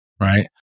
right